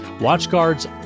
WatchGuard's